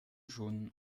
schonen